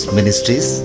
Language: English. Ministries